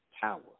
power